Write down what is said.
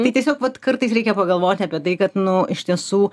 tai tiesiog vat kartais reikia pagalvoti apie tai kad nu iš tiesų